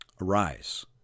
Arise